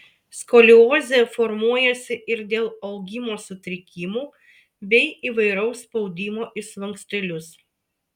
skoliozė formuojasi ir dėl augimo sutrikimų bei įvairaus spaudimo į slankstelius